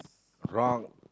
wrong